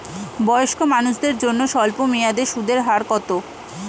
বয়স্ক মানুষদের জন্য স্বল্প মেয়াদে সুদের হার কত?